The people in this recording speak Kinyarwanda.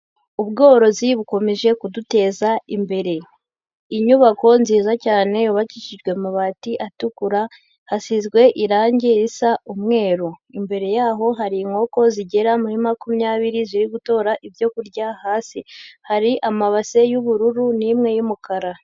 Ubworozi bukomeje kuduteza imbere, inyubako nziza cyane yubakishijwe amabati atukura, hasizwe irangi risa umweru, imbere yaho hari inkoko zigera muri makumyabiri ziri gutora ibyo kurya hasi, hari amabase y'ubururu n'imwe y'umukara.